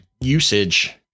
usage